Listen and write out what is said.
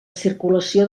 circulació